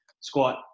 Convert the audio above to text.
squat